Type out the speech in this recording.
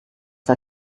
der